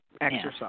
exercise